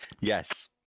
Yes